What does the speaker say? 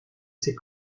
ses